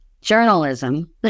journalism